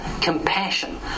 compassion